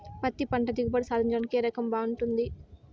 పత్తి పంట దిగుబడి సాధించడానికి ఏ రకం బాగుంటుంది?